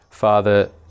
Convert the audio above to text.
Father